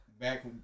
back